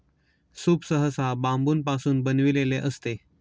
soup सहसा बांबूपासून बनविलेले असते